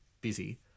busy